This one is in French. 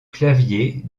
clavier